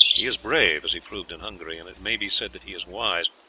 he is brave, as he proved in hungary, and it may be said that he is wise,